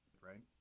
right